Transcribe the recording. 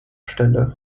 stelle